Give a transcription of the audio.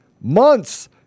months